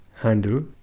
handle